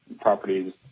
properties